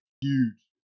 Huge